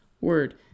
word